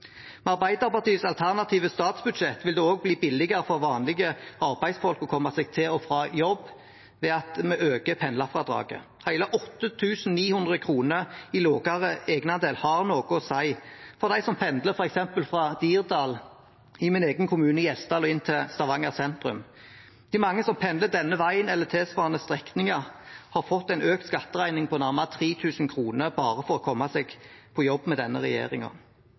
Med Arbeiderpartiets alternative statsbudsjett vil det også bli billigere for vanlige arbeidsfolk å komme seg til og fra jobb ved at vi øker pendlerfradraget. Hele 8 900 kr i lavere egenandel har noe å si for dem som pendler f.eks. fra Dirdal, i min egen kommune, Gjesdal, og inn til Stavanger sentrum. De mange som pendler denne veien eller tilsvarende strekninger, har fått en økt skatteregning på nærmere 3 000 kr bare for å komme seg på jobb, med denne